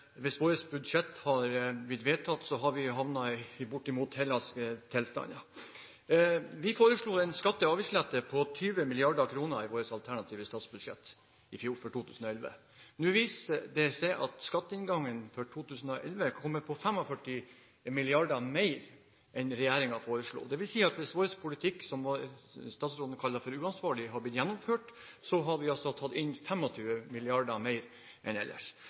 hvis vårt budsjett hadde blitt vedtatt, hadde vi havnet i bortimot greske tilstander. Vi foreslo en skatte- og avgiftslette på 20 mrd. kr i vårt alternative statsbudsjett i fjor, for 2011. Nå viser det seg at skatteinngangen for 2011 kommer på 45 mrd. kr mer enn regjeringen foreslo, dvs. at hvis vår politikk, som statsråden kaller for uansvarlig, hadde blitt gjennomført, hadde vi tatt inn 25 mrd. kr mer enn ellers.